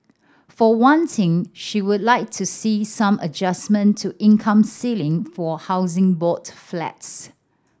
for one thing she would like to see some adjustment to income ceiling for a Housing Board flats